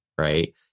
right